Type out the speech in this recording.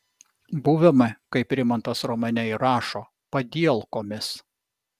buvome kaip rimantas romane ir rašo padielkomis